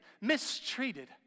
mistreated